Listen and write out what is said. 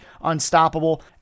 unstoppable